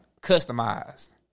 customized